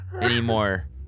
anymore